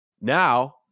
now